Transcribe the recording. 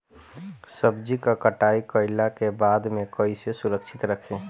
सब्जी क कटाई कईला के बाद में कईसे सुरक्षित रखीं?